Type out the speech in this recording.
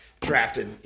drafted